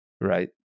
right